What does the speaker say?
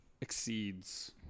exceeds